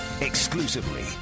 exclusively